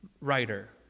writer